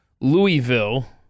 Louisville